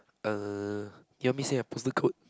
uh you want me say a postal code